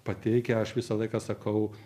pateikia aš visą laiką sakau